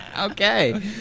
okay